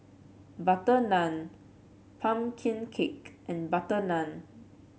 butter naan pumpkin cake and butter naan